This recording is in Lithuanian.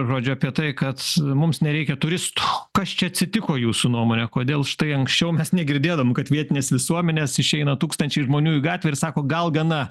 žodžiu apie tai kad mums nereikia turistų kas čia atsitiko jūsų nuomone kodėl štai anksčiau mes negirdėdavom kad vietinės visuomenės išeina tūkstančiai žmonių į gatvę ir sako gal gana